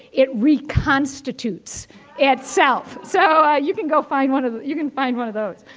it reconstitutes itself. so, ah you can go find one of you can find one of those.